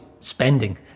spending